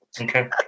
Okay